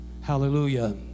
Hallelujah